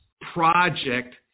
project